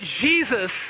Jesus